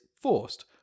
forced